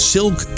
Silk